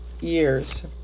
years